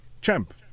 champ